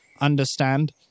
Understand